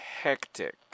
hectic